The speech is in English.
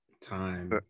time